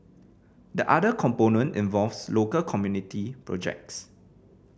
the other component involves local community projects